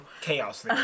Chaos